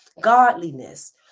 godliness